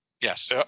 Yes